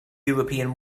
european